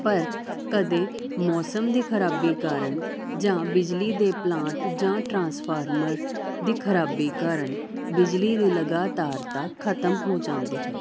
ਪਰ ਕਦੇ ਮੌਸਮ ਦੀ ਖਰਾਬੀ ਕਾਰਨ ਜਾਂ ਬਿਜਲੀ ਦੇ ਪਲਾਂਟ ਜਾਂ ਟ੍ਰਾਂਸਫਾਰਮਰ ਦੀ ਖਰਾਬੀ ਕਾਰਨ ਬਿਜਲੀ ਦੀ ਲਗਾਤਾਰਤਾ ਖਤਮ ਹੋ ਜਾਂਦੀ ਹੈ